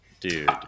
dude